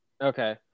okay